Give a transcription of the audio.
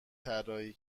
طراحی